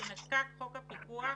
בחוק הפיקוח,